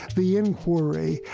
the inquiry,